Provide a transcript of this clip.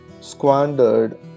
squandered